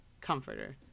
comforter